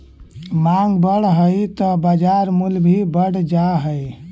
माँग बढ़ऽ हइ त बाजार मूल्य भी बढ़ जा हइ